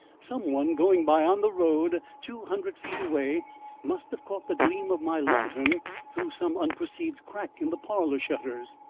some one going by on the road two hundred feet away must have caught the gleam of my lantern through some unperceived crack in the parlour shutters.